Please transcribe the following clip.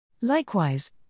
Likewise